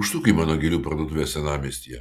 užsuk į mano gėlių parduotuvę senamiestyje